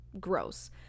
gross